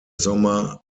sommer